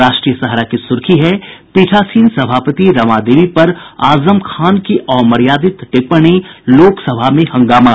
राष्ट्रीय सहारा की सुर्खी है पीठासीन सभापति रमा देवी पर आजम खान की अमर्यादित टिप्पणी लोकसभा में हंगामा